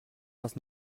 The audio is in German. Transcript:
was